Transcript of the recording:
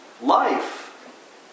life